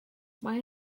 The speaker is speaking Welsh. mae